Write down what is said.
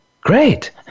great